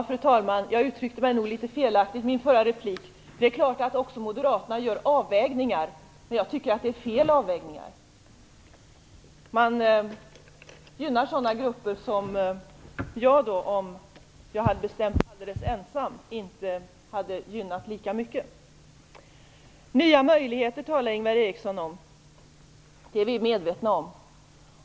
Fru talman! Jag uttryckte mig nog litet felaktigt i min förra replik. Det är klart att också moderaterna gör avvägningar, men jag tycker att de gör fel avvägningar. Man gynnar sådana grupper som jag, om jag hade bestämt alldeles ensam, inte hade gynnat lika mycket. Ingvar Eriksson talade om nya möjligheter. Det är vi medvetna om.